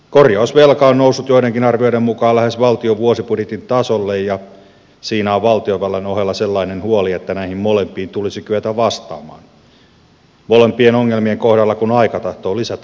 korjausvelka on noussut joidenkin arvioiden mukaan lähes valtion vuosibudjetin tasolle ja siinä on valtiovallan ohella sellainen huoli että näihin molempiin tulisi kyetä vastaamaan molempien ongelmien kohdalla kun aika tahtoo lisätä ongelmia